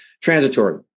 transitory